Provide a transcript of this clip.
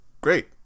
great